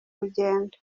rugendo